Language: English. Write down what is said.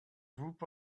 group